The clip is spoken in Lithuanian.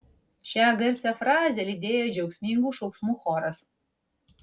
šią garsią frazę lydėjo džiaugsmingų šauksmų choras